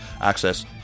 Access